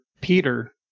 Peter